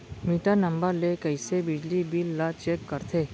Metre number ले कइसे बिजली बिल ल चेक करथे?